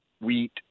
wheat